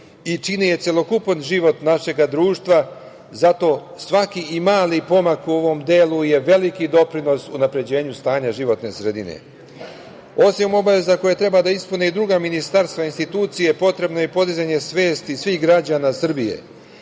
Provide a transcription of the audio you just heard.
i čini je celokupan život našeg društva. Zato, svaki i mali pomak u ovom delu je veliki doprinos unapređenju stanja životne sredine. Osim obaveza koje treba da ispune i druga ministarstva i institucije, potrebno je i podizanje svesti svih građana Srbije,